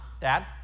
dad